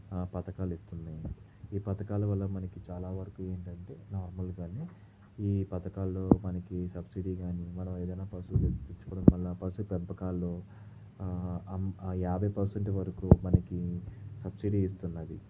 పథకాలు ఇస్తుంది ఈ పథకాల వల్ల మనకి చాలా వరకు ఏంటంటే నార్మల్ గానే ఈ పథకాలు మనకి ఈ సబ్సిడీ కానీ మనం ఏదైన పశువులు వల్ల పశుపెంపకాల్లో ఆ యాభై పర్సెంట్ వరకు మనకి సబ్సిడీ ఇస్తున్నది